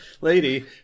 lady